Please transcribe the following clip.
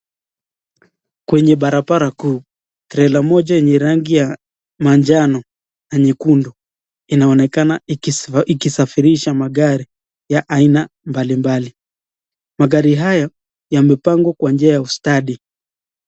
Kwenye barabara kuu, trela moja yenye rangi ya manjano na nyekundu inaonekana ikisafirisha magari ya aina mbalimbali. Magari hayo, yamepangwa kwa njia ya ustadi.